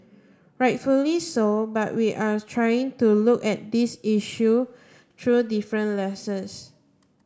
rightfully so but we are trying to look at these issue through different lenses